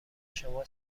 شما